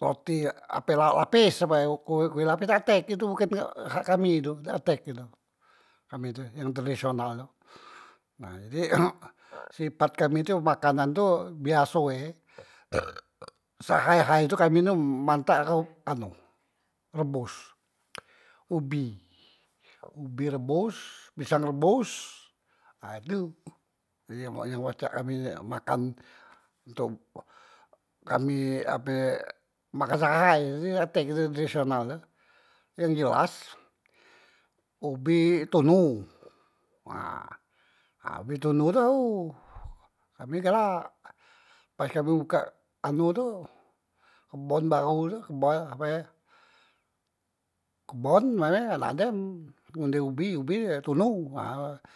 roti ape laok lapes ape kue kue lapes dak tek itu bukan hak kami tu dak tek itu kami tu yang tradisional tu nah jadi sipat kami tu makanan tu biaso e se ahai ahai tu kami tu mantak anu rebos ubi, ubi rebos, pisang rebos ha tu yang yang pacak kami makan untok kami ape makan se ahai jadi dak tek makan tradisional tu, yang jelas obi tunu, nah ubi ubi tunu tu ao kami galak, pas kami buka anu tu kebon bahu tu kebo ape kebon mane na dem ngunde ubi, ubi tunu.